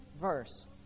verse